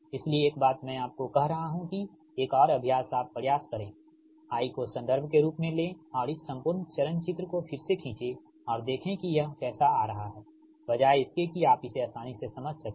इसलिए एक बात मैं आप को कह रहा हूं कि एक और अभ्यास आप प्रयास करें I को संदर्भ के रूप में ले और इस संपूर्ण चरण चित्र को फिर से खींचे और देखें कि यह कैसा आ रहा है बजाय इसके कि आप इसे आसानी से समझ सकें